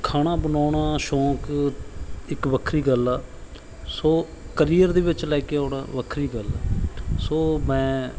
ਖਾਣਾ ਬਣਾਉਣਾ ਸ਼ੌਂਕ ਇੱਕ ਵੱਖਰੀ ਗੱਲ ਆ ਸੋ ਕਰੀਅਰ ਦੇ ਵਿੱਚ ਲੈ ਕੇ ਆਉਣਾ ਵੱਖਰੀ ਗੱਲ ਸੋ ਮੈਂ